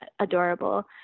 adorable